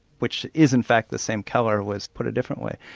which is in fact the same colour, was put a different way.